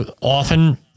often